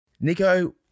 Nico